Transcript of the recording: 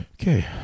Okay